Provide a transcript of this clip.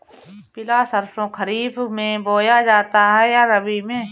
पिला सरसो खरीफ में बोया जाता है या रबी में?